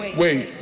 wait